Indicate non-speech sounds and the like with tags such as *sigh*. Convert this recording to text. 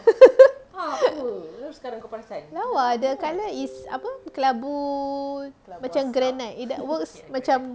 *laughs* lawa the colour is apa kelabu macam granite in other words macam